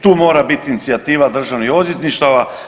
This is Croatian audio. Tu mora biti inicijativa državnih odvjetništava.